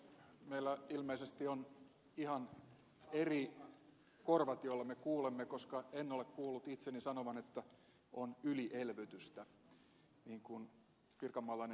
meillä ilmeisesti on ihan eri korvat joilla me kuulemme koska en ole kuullut itseni sanovan että on ylielvytystä niin kuin pirkanmaalainen edustaja täällä kuuli